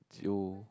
jail